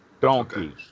Donkeys